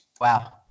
Wow